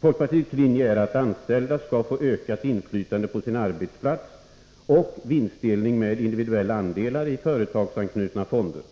Folkpartiets linje är att anställda skall få ökat inflytande på sina arbetsplatser, och vi är för vinstdelning med individuella andelar i företagsanknutna fonder.